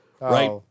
Right